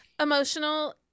emotional